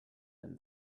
him